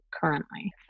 currently